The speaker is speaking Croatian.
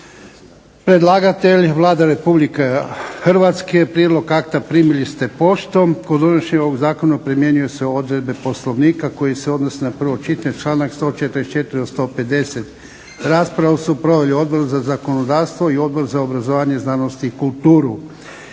Predlagatelj Vlada Republike Hrvatske. Prijedlog akta primili ste poštom. Kod donošenja ovog zakona primjenjuju se odredbe Poslovnika koje se odnose na prvo čitanje, članak 144. do 150. Raspravu su proveli Odbor za zakonodavstvo i Odbor za obrazovanje, znanost i kulturu.